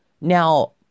Now